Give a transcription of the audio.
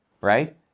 right